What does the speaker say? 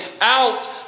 out